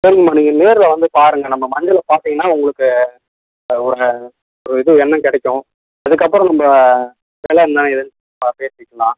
சரிங்கம்மா நீங்கள் நேரில் வந்து பாருங்கள் நம்ம மஞ்சள் பார்த்திங்கன்னா உங்களுக்கு ஒரு ஒரு இது எண்ணம் கிடைக்கும் இதுக்கப்புறம் நம்ம வெலை என்ன ஏதுன்னு பார்த்து பேசிக்கலாம்